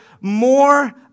more